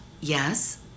Yes